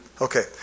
Okay